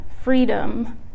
freedom